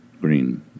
Green